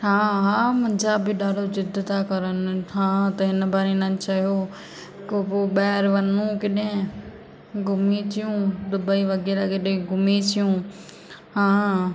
हा हा मुंहिंजा बि ॾाढो जिद था करनि हा त हिन बार इन्हनि चयो की पोइ ॿाहिरि वञो केॾे घुमी अचूं दुबई वग़ैरह केॾे घुमी अचूं हा